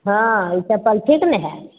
हॅं ई चप्पल ठीक ने हइ